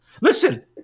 Listen